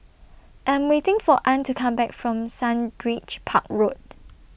I'm waiting For Ann to Come Back from Sundridge Park Road